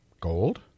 Gold